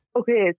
Okay